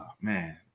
man